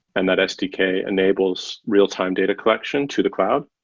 and that sdk enables real-time data collection to the cloud